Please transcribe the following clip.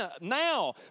now